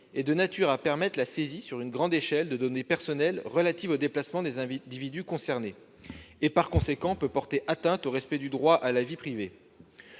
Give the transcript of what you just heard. est de nature à permettre la saisie sur une grande échelle de données personnelles, relatives au déplacement des individus concernés. » Le Conseil d'État ajoute par conséquent que cela peut porter atteinte au « respect du droit à la vie privée